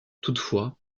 toutefois